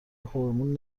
هورمون